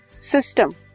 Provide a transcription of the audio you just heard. system